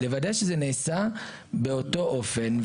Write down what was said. לוודא שזה נעשה באותו אופן.